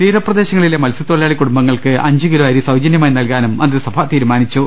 തീരപ്രദേശങ്ങളിലെ മത്സൃത്തൊഴിലാളി കുടുംബങ്ങൾക്ക് അഞ്ച്കിലോ അരി സൌജനൃമായി നൽകാനും മന്ത്രിസഭ തീരുമാനിച്ചു